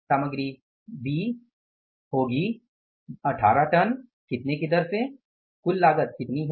सामग्री बी के लिए यह 18 टन कितने के दर से कुल लागत कितनी है